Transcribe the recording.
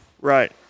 Right